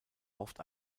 oft